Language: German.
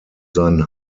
seinen